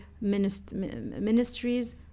ministries